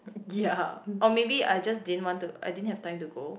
ya or maybe I just didn't want to I didn't have time to go